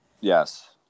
Yes